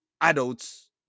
adults